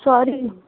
sorry